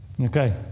Okay